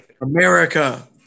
America